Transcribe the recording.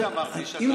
איזה סגנון?